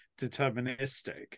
deterministic